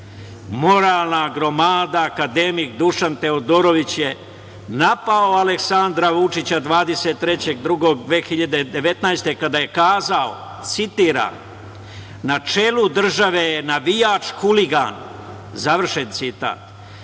citat. Moralna gromada, akademik Dušan Teodorović je napao Aleksandra Vučića 23. februara 2019. godine kada je kazao, citiram: „Na čelu države je navijač huligan“, završen citat.